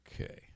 Okay